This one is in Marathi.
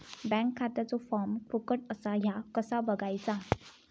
बँक खात्याचो फार्म फुकट असा ह्या कसा बगायचा?